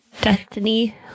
destiny